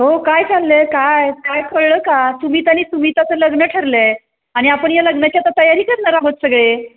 हो काय चालले आहे काय काय कळलं का सुमित आणि सुमिताचं लग्न ठरलंय आणि आपण या लग्नाच्या आता तयारी करणार आहे सगळे